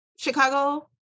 Chicago